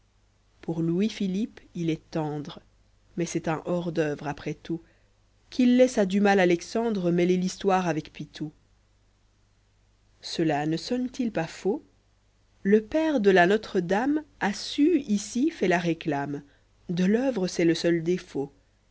pour louis-philippe il est tendre mais c'est un hors-d'oeuvre après tout qu'il laisse à dumas l'alexandre mêler l'histoire avec pitou cela ne sonne t il pas faux le père de la notre-dame a sue ici fait la réclame de l'oeuvre c'est le seul défaut